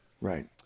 Right